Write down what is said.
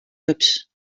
rups